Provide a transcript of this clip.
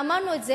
ואמרנו את זה,